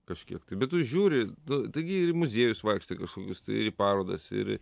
kažkiek tai bet tu žiūri nu taigi ir į muziejus vaikštai į kažkokius tai ir į parodas ir